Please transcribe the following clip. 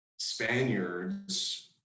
Spaniards